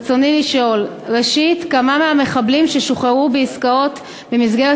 רצוני לשאול: 1. כמה מהמחבלים ששוחררו במסגרת